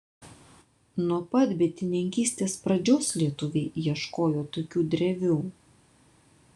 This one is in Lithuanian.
nuo pat bitininkystės pradžios lietuviai ieškojo tokių drevių